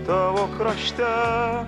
tavo krašte